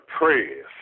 praise